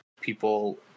people